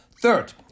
Third